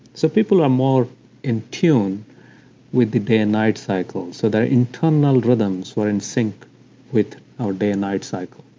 so people are more in tuned with the day and night cycles, so their internal rhythms were in sync with our day and night cycle.